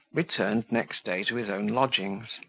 returned next day to his own lodgings.